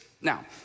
Now